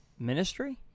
Ministry